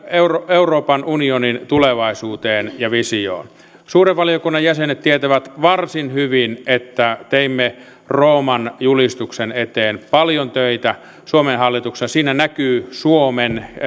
euroopan unionin tulevaisuuteen ja visioon suuren valiokunnan jäsenet tietävät varsin hyvin että teimme rooman julistuksen eteen paljon töitä suomen hallituksessa siinä näkyy suomen